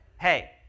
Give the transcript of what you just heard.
hey